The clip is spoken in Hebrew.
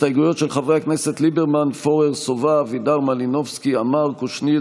של קבוצת סיעת ישראל ביתנו וקבוצת סיעת יש